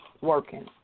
working